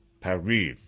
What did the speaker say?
Paris